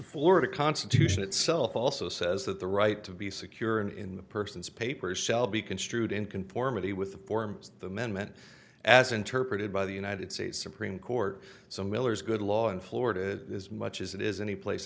florida constitution itself also says that the right to be secure and in the persons papers shall be construed in conformity with the forms the men meant as interpreted by the united states supreme court so miller's good law in florida as much as it is anyplace